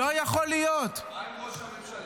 ומה עם ראש הממשלה?